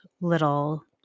little